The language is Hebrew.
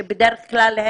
כשבדרך-כלל,